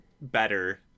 better